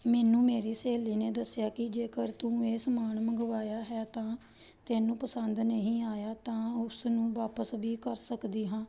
ਮੈਨੂੰ ਮੇਰੀ ਸਹੇਲੀ ਨੇ ਦੱਸਿਆ ਕਿ ਜੇਕਰ ਤੂੰ ਇਹ ਸਮਾਨ ਮੰਗਵਾਇਆ ਹੈ ਤਾਂ ਤੈਨੂੰ ਪਸੰਦ ਨਹੀਂ ਆਇਆ ਤਾਂ ਉਸ ਨੂੰ ਵਾਪਸ ਵੀ ਕਰ ਸਕਦੀ ਹਾਂ